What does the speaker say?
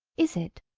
is it,